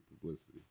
publicity